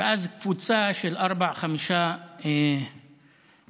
ואז קבוצה של ארבעה-חמישה פרחחים